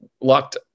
locked